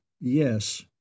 Yes